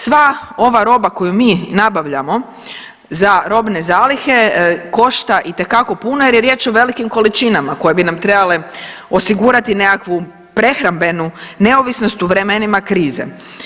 Sva ova roba koju mi nabavljamo za robne zalihe košta itekako puno jer je riječ o velikim količinama koje bi nam trebale osigurati nekakvu prehrambenu neovisnost u vremenima krize.